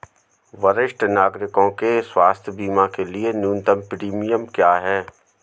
वरिष्ठ नागरिकों के स्वास्थ्य बीमा के लिए न्यूनतम प्रीमियम क्या है?